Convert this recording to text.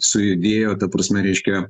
sujudėjo ta prasme reiškia